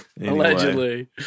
Allegedly